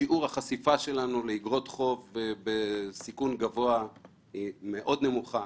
שיעור החשיפה שלנו לאגרות חוב בסיכון גבוה מאוד נמוך.